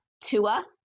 tua